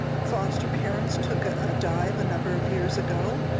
foster parents took ah a dive a number of years ago.